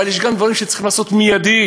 אבל יש גם דברים שצריך לעשות מיידית,